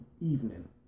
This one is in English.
evening